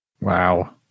Wow